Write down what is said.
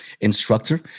instructor